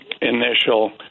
initial